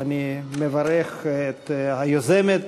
אני מברך את היוזמת,